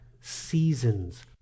seasons